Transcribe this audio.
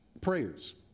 Prayers